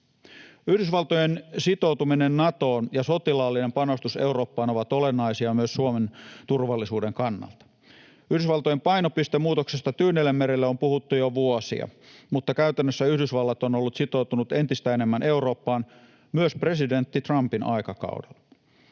Yhdysvaltojen sitoutuminen Natoon ja sotilaallinen panostus Eurooppaan ovat olennaisia myös Suomen turvallisuuden kannalta. Yhdysvaltojen painopisteen muutoksesta Tyynellämerellä on puhuttu jo vuosia, mutta käytännössä Yhdysvallat on ollut sitoutunut entistä enemmän Eurooppaan, myös presidentti Trumpin aikakaudella.